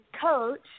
coach